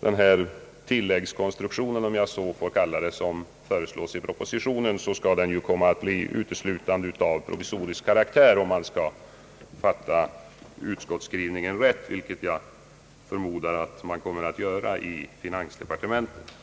den tilläggskonstruktion — om jag så får kalla den — som föreslås i propositionen, skulle den ju komma att bli uteslutande av provisorisk karaktär, om man fattar utskottets skrivning rätt, vilket jag förmodar att man kommer att göra i finansdepartementet.